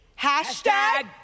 Hashtag